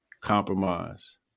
compromise